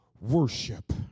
worship